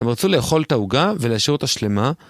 הם רצו לאכול את העוגה ולהשאיר אותה שלמה